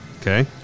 Okay